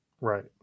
Right